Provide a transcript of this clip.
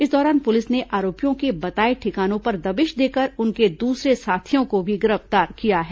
इस दौरान पुलिस ने आरोपियों के बताए ठिकानों पर दबिश देकर उनके दूसरे साथियों को भी गिरफ्तार किया है